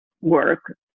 work